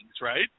right